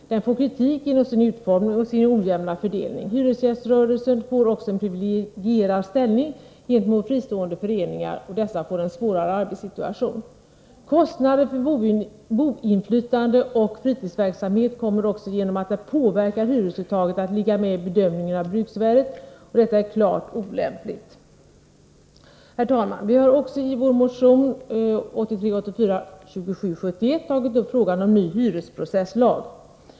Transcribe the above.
Den får kritik genom sin utformning och sin ojämna fördelning. Hyresgäströrelsen får också en privilegierad ställning gentemot fristående föreningar, som får en svårare arbetssituation. Kostnaderna för boinflytande och fritidsverksamhet kommer också, genom att det påverkar hyresuttaget, att ligga med i bedömningen av bruksvärdet. Detta är klart olämpligt. Herr talman! Vi har i vår motion 1983/84:2771 också tagit upp frågan om en ny hyresprocesslag.